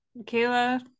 kayla